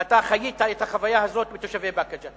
ואתה חיית את החוויה הזאת, בתושבי באקה ג'ת?